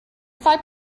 five